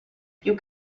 più